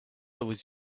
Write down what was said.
was